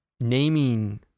naming